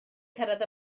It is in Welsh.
cyrraedd